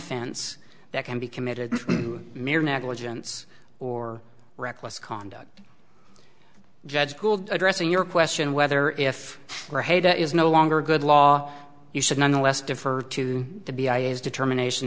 fense that can be committed to mere negligence or reckless conduct judge gould addressing your question whether if there is no longer good law you should nonetheless defer to the b i is determination